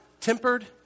tempered